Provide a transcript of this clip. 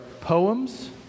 poems